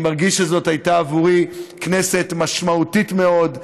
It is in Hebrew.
אני מרגיש שזאת הייתה עבורי כנסת משמעותית מאוד,